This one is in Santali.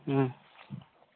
ᱦᱮᱸ